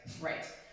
right